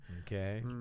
Okay